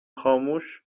خاموش